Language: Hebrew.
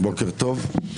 בוקר טוב,